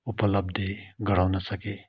उपलब्धि गराउन सके